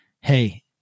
hey